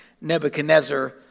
Nebuchadnezzar